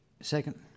second